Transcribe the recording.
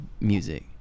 music